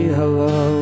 hello